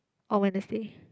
orh Wednesday